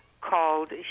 called